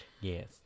Yes